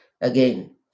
Again